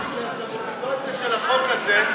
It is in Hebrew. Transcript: תיתן את הצוואר שלך.)